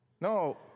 No